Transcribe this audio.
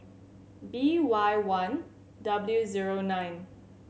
B Y one W zero nine